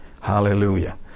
Hallelujah